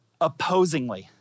opposingly